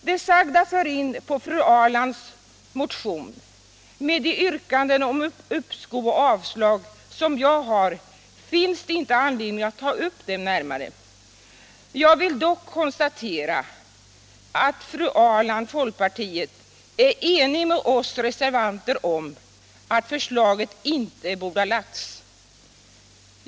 Det sagda för in på fru Ahrlands motion. Med de yrkanden om uppskov och avslag som jag har finns det inte anledning att ta upp den närmare. Jag vill dock konstatera att fru Ahrland, folkpartiet, är ense med oss reservanter om att förslaget inte borde ha framlagts.